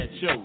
show